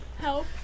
help